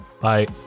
Bye